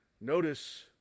notice